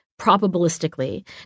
probabilistically